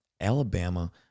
Alabama